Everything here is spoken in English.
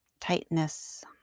tightness